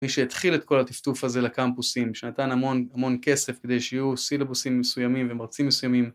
מי שהתחיל את כל הטפטוף הזה לקמפוסים, שנתן המון המון כסף כדי שיהיו סילובוסים מסוימים ומרצים מסוימים.